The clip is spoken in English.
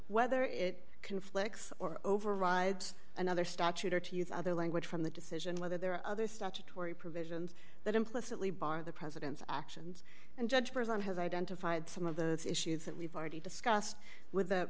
whether it conflicts or override another statute or to use other language from the decision whether there are other statutory provisions that implicitly bar the president's actions and judge prism has identified some of those issues that we've already discussed with the